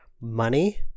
money